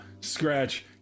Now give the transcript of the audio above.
scratch